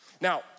Now